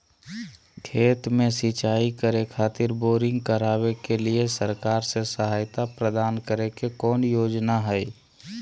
खेत में सिंचाई करे खातिर बोरिंग करावे के लिए सरकार से सहायता प्राप्त करें के कौन योजना हय?